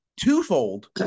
Twofold